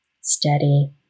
steady